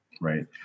right